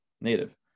native